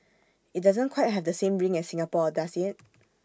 IT doesn't quite have the same ring as Singapore does IT